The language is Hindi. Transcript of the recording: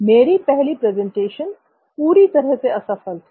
मेरी पहली प्रेजेंटेशन पूरी तरह से असफल थी